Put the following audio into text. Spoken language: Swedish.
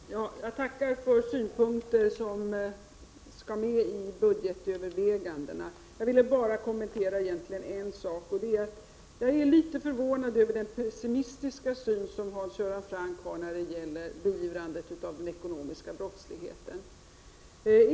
Herr talman! Jag tackar för synpunkter som skall med i budgetövervägandena. Jag ville egentligen bara kommentera en sak. Jag är litet förvånad över den pessimistiska syn som Hans Göran Franck har när det gäller beivrandet av den ekonomiska brottsligheten.